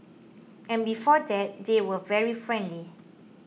and before that they were very friendly